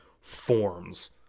forms